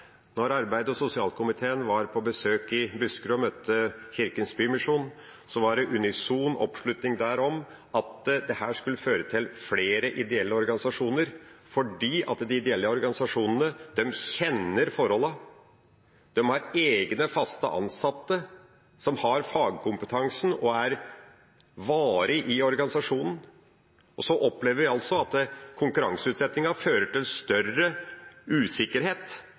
og sosialkomiteen var på besøk i Buskerud og møtte Kirkens Bymisjon, var det unison oppslutning om at dette skulle føre til flere ideelle organisasjoner, fordi de ideelle organisasjonene kjenner forholdene, de har egne fast ansatte som har fagkompetanse og blir i organisasjonen. Så opplever vi altså at konkurranseutsettingen fører til større usikkerhet,